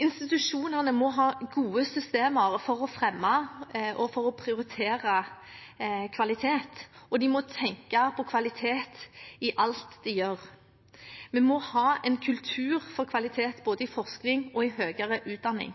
Institusjonene må ha gode systemer for å fremme og for å prioritere kvalitet, og de må tenke på kvalitet i alt de gjør. Vi må ha en kultur for kvalitet både i forskning og i høyere utdanning.